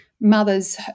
mothers